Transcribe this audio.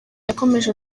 yakomeje